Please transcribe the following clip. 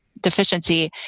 deficiency